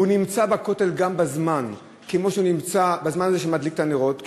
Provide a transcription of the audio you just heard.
הוא נמצא בכותל בזמן הזה שמדליקים את הנרות,